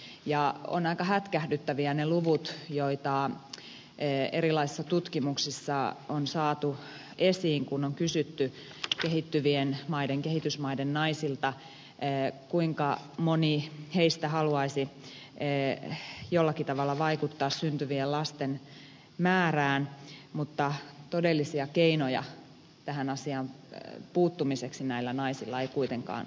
aika hätkähdyttäviä ovat ne luvut joita erilaisissa tutkimuksissa on saatu esiin kun on kysytty kehittyvien maiden kehitysmaiden naisilta kuinka moni heistä haluaisi jollakin tavalla vaikuttaa syntyvien lasten määrään mutta todellisia keinoja tähän asiaan puuttumiseksi näillä naisilla ei kuitenkaan ole